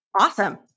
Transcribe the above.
Awesome